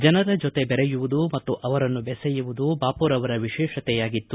ಜನರ ಜೊತೆ ಬೆರೆಯುವುದು ಮತ್ತು ಅವರನ್ನು ಬೆಸೆಯುವುದು ಬಾಪೂರವರ ವಿಶೇಷತೆಯಾಗಿತ್ತು